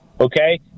Okay